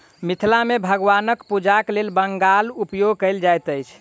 मिथिला मे भगवानक पूजाक लेल बांगक उपयोग कयल जाइत अछि